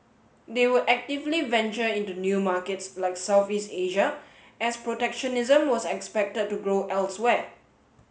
they would actively venture into new markets like Southeast Asia as protectionism was expected to grow elsewhere